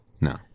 No